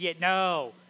No